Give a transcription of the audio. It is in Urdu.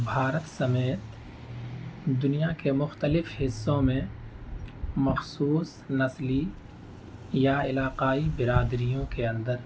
بھارت سمیت دنیا کے مختلف حصوں میں مخصوص نسلی یا علاقائی برادریوں کے اندر